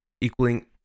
equaling